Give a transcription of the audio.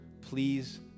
Please